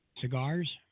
cigars